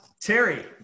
Terry